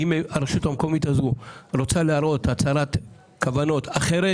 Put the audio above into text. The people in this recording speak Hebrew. אם הרשות המקומית הזו רוצה להראות הצהרת כוונות אחרת,